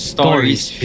Stories